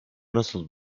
nasıl